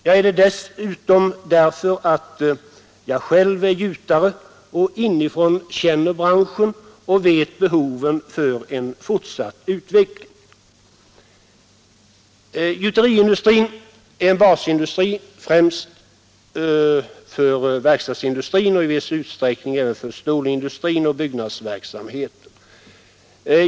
Jag är det dessutom därför att jag själv är gjutare och inifrån känner branschen och vet vad som behövs för en fortsatt utveckling. Gjuteriindustrin är en basindustri främst för verkstadsindustrin och i viss utsträckning även för stålindustrin och byggnadsverksamheten.